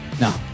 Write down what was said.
No